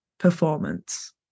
performance